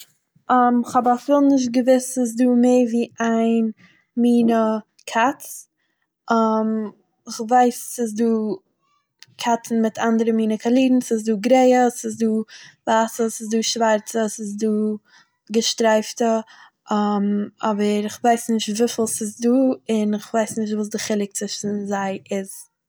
כ'האב אפילו נישט געוואוסט ס'איז דא מער ווי איין מינע קאץ, כ'ווייס ס'איז דא קאצן מיט אנדערע מינע קאלירן ס'איז דא גרעיע ס'איז דא ווייסע, ס'איז דא שווארצע, ס'איז דא געשטרייפטע, אבער איך ווייס נישט וויפיל ס'איז דא און איך ווייס נישט וואס דער חילוק צווישן זיי איז.